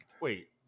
Wait